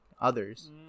others